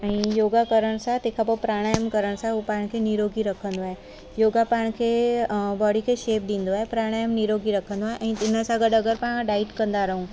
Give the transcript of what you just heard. ऐं योगा करण सां तंहिं खां पोइ प्रणायाम करनि सां उहो पाण खे निरोगी रखंदो आहे योगा पाण खे बॉडी खे शेप ॾींदो आहे प्रणायाम निरोगी रखंदो आहे ऐं हिन सां गॾु अगरि पाणि डाइट कंदा रहूं